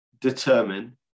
determine